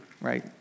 Right